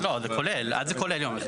"עד" זה כולל את יום המכירה.